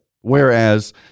Whereas